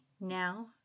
now